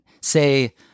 say